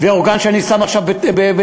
ואורגן שאני שם עכשיו בתמרה,